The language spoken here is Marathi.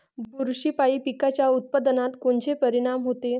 बुरशीपायी पिकाच्या उत्पादनात कोनचे परीनाम होते?